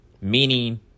meaning